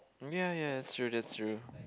mm ya ya that's true that's true